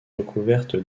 recouverte